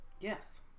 Yes